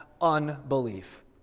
unbelief